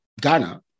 Ghana